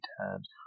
times